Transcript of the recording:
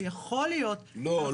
ויכול להיות --- לא,